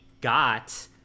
got